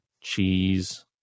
cheese